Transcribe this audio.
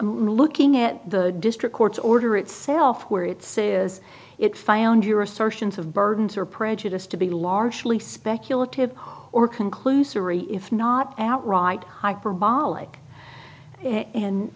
looking at the district court's order itself where it says it found your assertions of burdens are prejudiced to be largely speculative or conclusory if not outright hyper